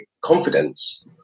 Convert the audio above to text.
confidence